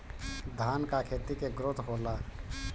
धान का खेती के ग्रोथ होला?